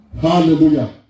Hallelujah